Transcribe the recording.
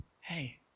Hey